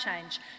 change